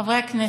חברי הכנסת,